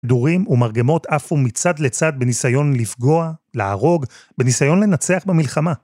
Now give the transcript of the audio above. כדורים ומרגמות עפו מצד לצד בניסיון לפגוע, להרוג, בניסיון לנצח במלחמה.